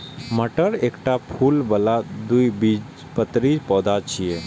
मटर एकटा फूल बला द्विबीजपत्री पौधा छियै